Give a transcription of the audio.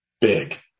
big